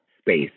space